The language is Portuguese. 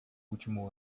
último